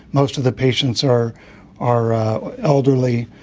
most of the patients are are elderly.